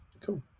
Cool